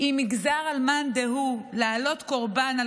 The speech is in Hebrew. אם נגזר על מאן דהוא לעלות קורבן על